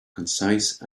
concise